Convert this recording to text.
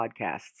podcasts